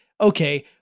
okay